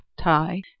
tie